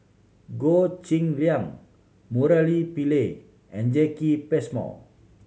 Goh Cheng Liang Murali Pillai and Jacki Passmore